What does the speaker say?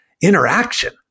interaction